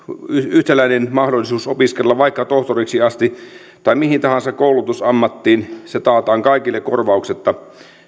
yhtäläinen mahdollisuus opiskella vaikka tohtoriksi asti tai mihin tahansa koulutusammattiin se taataan kaikille korvauksetta